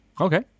Okay